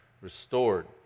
restored